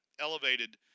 elevated